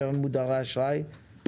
קרן מודרי אשראי,